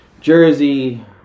Jersey